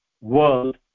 world